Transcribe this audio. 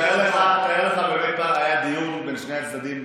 תאר לך שפעם אחת היה דיון כמו שצריך בין שני הצדדים.